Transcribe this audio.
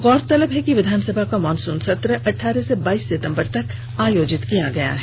गौरतलब है कि विधानसभा का मॉनसून सत्र अठारह से बाईस सितंबर तक आयोजित किया गया है